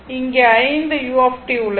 இங்கே 5 u உள்ளது